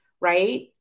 Right